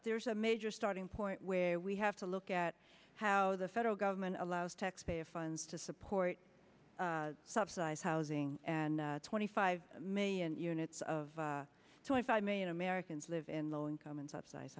there's a major starting point where we have to look at how the federal government allows taxpayer funds to support subsidized housing and twenty five million units of twenty five million americans live in low income and subsidized